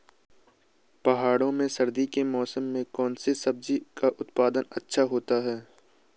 पहाड़ों में सर्दी के मौसम में कौन सी सब्जी का उत्पादन अच्छा होता है?